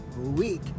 week